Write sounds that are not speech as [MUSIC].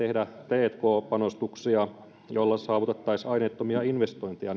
tai sitten tehdä tk panostuksia joilla saavutettaisiin aineettomia investointeja [UNINTELLIGIBLE]